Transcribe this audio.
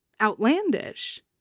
outlandish